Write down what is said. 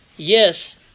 Yes